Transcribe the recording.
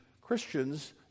Christians